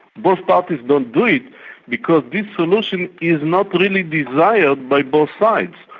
both parties don't do it because this solution is not really desired by both sides.